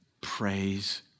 praise